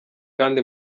kandi